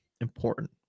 important